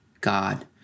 God